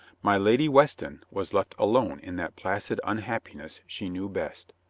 my lady weston was left alone in that placid unhappiness she knew best.